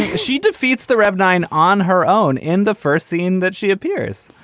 she defeats the rev nine on her own in the first scene that she appears.